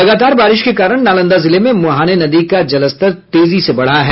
लगातार बारिश के कारण नालंदा जिले में मुहाने नदी का जलस्तर तेजी से बढ़ा है